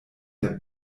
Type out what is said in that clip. der